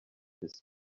his